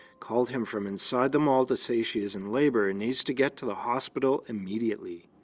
called him from inside the mall to say she is in labor and needs to get to the hospital immediately.